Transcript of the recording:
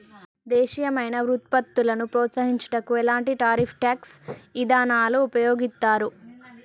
దేశీయమైన వృత్పత్తులను ప్రోత్సహించుటకు ఎలాంటి టారిఫ్ ట్యాక్స్ ఇదానాలు ఉపయోగిత్తారు